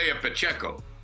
Pacheco